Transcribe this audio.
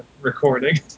recording